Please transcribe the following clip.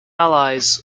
allies